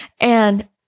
And-